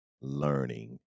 learning